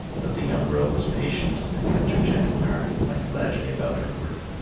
but the young girl was patient and kept her gentle heart and went gladly about her work.